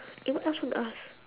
eh what else you want to ask